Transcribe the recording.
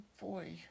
boy